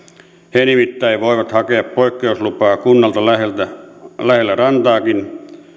he nimittäin voivat hakea poikkeuslupaa kunnalta lähellä lähellä rantaakin